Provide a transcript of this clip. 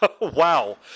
Wow